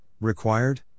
required